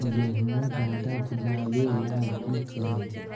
गेहुमा ज्यादा उपजाबे ला की कर हो?